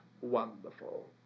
wonderful